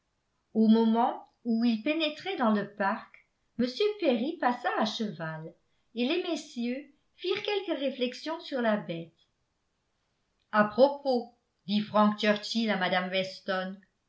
au moment où ils pénétraient dans le parc m perry passa à cheval et les messieurs firent quelques réflexions sur la bête à propos dit frank churchill à mme weston